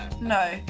No